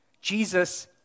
Jesus